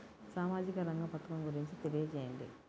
సామాజిక రంగ పథకం గురించి తెలియచేయండి?